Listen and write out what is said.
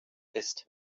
ist